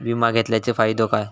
विमा घेतल्याचो फाईदो काय?